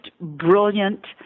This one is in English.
brilliant